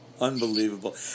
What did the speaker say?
Unbelievable